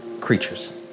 Creatures